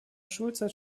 schulzeit